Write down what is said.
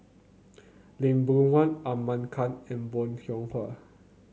Lee Boon Wang Ahmad Khan and Bong Hiong Hwa